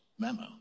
memo